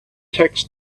tax